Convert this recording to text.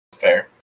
Fair